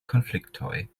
konfliktoj